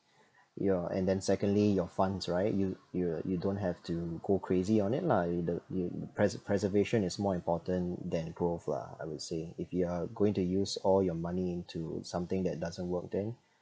your and then secondly your funds right you you you don't have to go crazy on it lah you the you preser~ preservation is more important than growth lah I would say if you are going to use all your money into something that doesn't work then